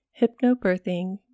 Hypnobirthing